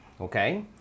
Okay